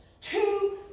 Two